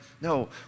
no